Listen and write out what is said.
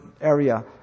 area